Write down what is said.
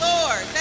Lord